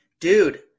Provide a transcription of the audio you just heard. dude